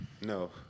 No